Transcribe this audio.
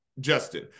Justin